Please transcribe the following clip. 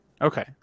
Okay